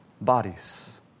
bodies